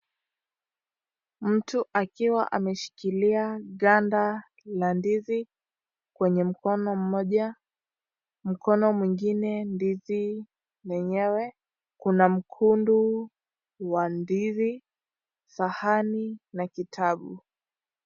Mtu akiwa ameshikilia ganda la ndizi kwenye mkono mmoja ,mkono mwigine ndizi lenyewe kuna mkundu wa ndizi sahani na kitabu.